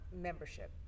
membership